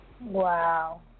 Wow